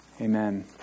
Amen